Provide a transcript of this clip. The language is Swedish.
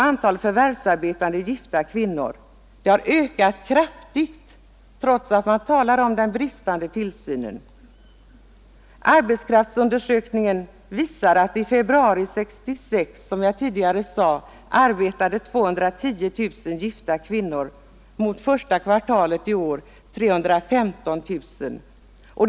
Antalet förvärvsarbetande gifta kvinnor har ökat kraftigt, trots att man talar om den bristande barntillsynen. Arbetskraftsundersökningen visar att i februari 1966 förvärvsarbetade, som jag tidigare sade, 210 000 gifta kvinnor med barn under sju år, mot 315 000 första kvartalet 1971.